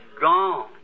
gone